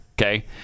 Okay